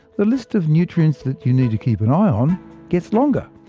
the list of nutrients you need to keep an eye on gets longer.